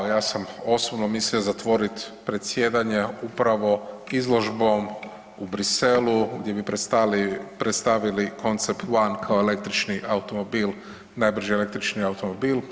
Ja sam osobno mislio zatvoriti predsjedanje upravo izložbom u Bruxellesu gdje bi predstavili koncept one kao električni automobil, najbrži električni automobil.